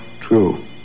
true